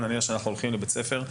אנחנו הולכים לבית הספר,